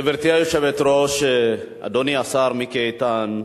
גברתי היושבת-ראש, אדוני השר מיקי איתן,